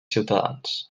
ciutadans